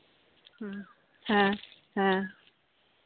ᱦᱮᱸ ᱦᱮᱸ ᱦᱮᱸ